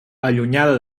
allunyada